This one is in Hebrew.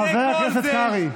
חבר הכנסת קרעי,